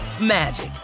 magic